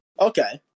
Okay